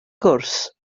gwrs